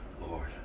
Lord